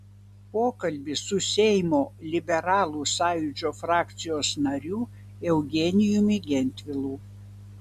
pokalbis su seimo liberalų sąjūdžio frakcijos nariu eugenijumi gentvilu